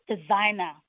designer